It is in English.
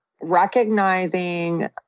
recognizing